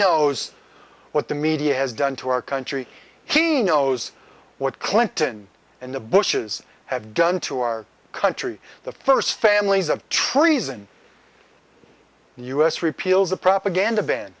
knows what the media has done to our country he knows what clinton and the bushes have done to our country the first families of treason us repeal the propaganda ban